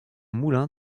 moulin